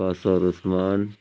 کوثر عثمان